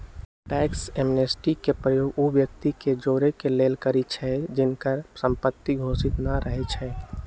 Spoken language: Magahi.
टैक्स एमनेस्टी के प्रयोग उ व्यक्ति के जोरेके लेल करइछि जिनकर संपत्ति घोषित न रहै छइ